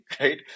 right